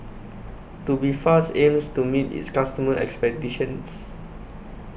Tubifast aims to meet its customers' expectations